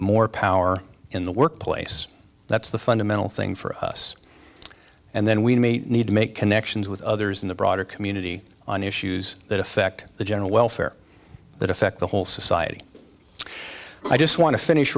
more power in the workplace that's the fundamental thing for us and then we may need to make connections with others in the broader community on issues that affect the general welfare that affect the whole society i just want to finish